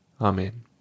Amen